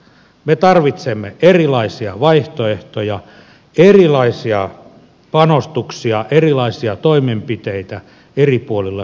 me tarvitsemme erilaisia vaihtoehtoja erilaisia panostuksia erilaisia toimenpiteitä eri puolilla suomea